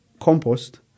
compost